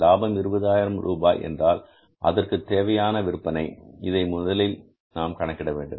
லாபம் 20000 என்றால் அதற்குத் தேவையான விற்பனை இதை நாம் கணக்கிட வேண்டும்